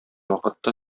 вакытта